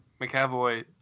McAvoy